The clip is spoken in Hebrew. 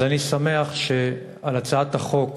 אז אני שמח על הצעת החוק